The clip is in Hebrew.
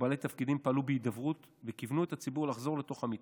ובעלי תפקידים פעלו בהידברות וכיוונו את הציבור לחזור לתוך המתחם.